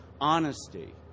honesty